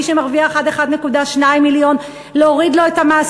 מי שמרוויח עד 1.2 מיליון להוריד לו את המס